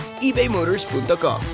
ebaymotors.com